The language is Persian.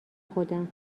خودم